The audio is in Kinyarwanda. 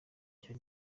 cya